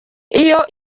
iyo